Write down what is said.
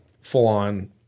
full-on